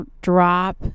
drop